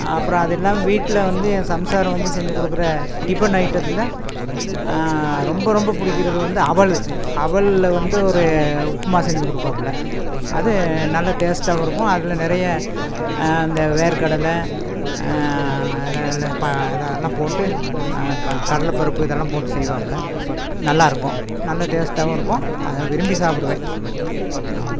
அப்புறம் அது இல்லாமல் வீட்டில் வந்து என் சம்சாரம் வந்து செஞ்சி கொடுக்குற டிப்பன் ஐட்டத்தில் ரொம்ப ரொம்ப பிடிக்கிறது வந்து அவல் அவலில் வந்து ஒரு உப்புமா செஞ்சி கொடுப்பாப்புல அது நல்ல டேஸ்ட்டாகவும் இருக்கும் அதில் நிறைய இந்த வேர்க்கடலை இது எல்லாம் இது எல்லாம் போட்டு க கடலைப்பருப்பு இதெல்லாம் போட்டு செய்வாப்புல நல்லாயிருக்கும் நல்ல டேஸ்ட்டாகவும் இருக்கும் அதை விரும்பி சாப்புடுவேன் ஆமாம்